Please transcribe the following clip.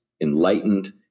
enlightened